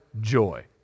joy